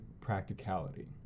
practicality